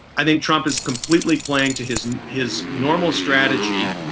i think trump is completely playing to his and his normal strategy,